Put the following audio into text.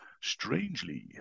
strangely